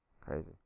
Crazy